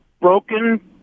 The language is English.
broken